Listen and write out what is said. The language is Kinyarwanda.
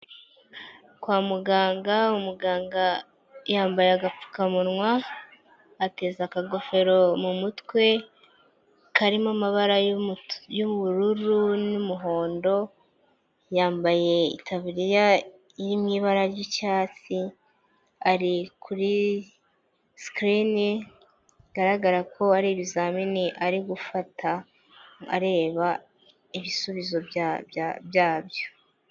Kwa muganga, umuganga yambaye agapfukamunwa ateze akagofero mu mutwe karimo amabara y'ubururu n'umuhondo, yambaye itaburiya iri mu ibara ry'icyatsi ari kuri sikirini, bigaragara ko ari ibizamini ari gufata areba ibisubizo byabyo.